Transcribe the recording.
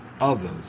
others